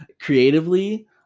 creatively